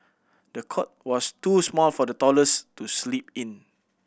the cot was too small for the dollars to sleep in